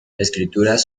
escrituras